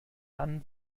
dann